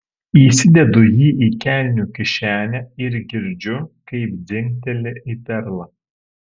įsidedu jį į kelnių kišenę ir girdžiu kaip dzingteli į perlą